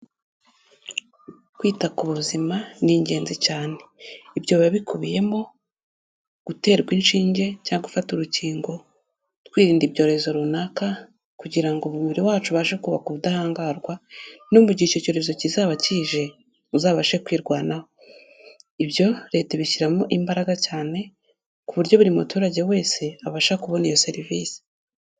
Kwita ku buzima ni ingenzi cyane. Ibyo biba bikubiyemo guterwa inshinge cyangwa gufata urukingo, twirinda ibyorezo runaka kugira ngo umubiri wacu ubashe kubaka ubudahangarwa, no mu gihe icyo cyorezo kizaba kije, uzabashe kwirwanaho. Ibyo Leta ibishyiramo imbaraga cyane, ku buryo buri muturage wese abasha kubona iyo serivise.